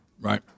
Right